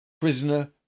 Prisoner